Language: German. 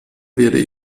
werde